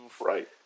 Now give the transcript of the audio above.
Right